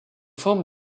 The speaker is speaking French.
forme